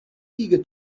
eager